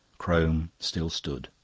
crome still stood.